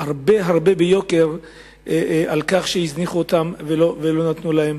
הרבה הרבה יותר ביוקר על כך שהזניחו אותם ולא נתנו להם